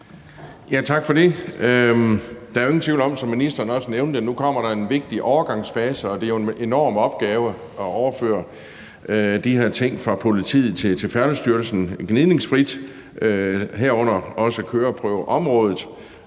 (V): Tak for det. Der er jo ingen tvivl om, som ministeren også nævnte, at nu kommer der en vigtig overgangsfase. Det er jo en enorm opgave at overføre de her ting fra politiet til Færdselsstyrelsen gnidningsfrit, herunder også køreprøveområdet.